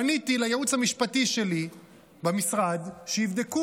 פניתי לייעוץ המשפטי שלי במשרד שיבדקו